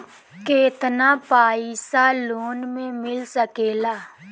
केतना पाइसा लोन में मिल सकेला?